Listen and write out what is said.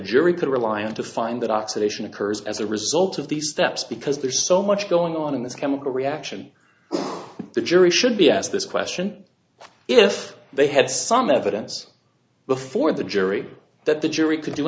jury could rely on to find that oxidation occurs as a result of these steps because there's so much going on in this chemical reaction the jury should be asked this question if they had some evidence before the jury that the jury could do